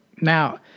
Now